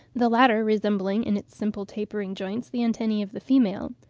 the latter resembling in its simple tapering joints the antennae of the female.